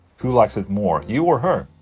who likes it more, you or her?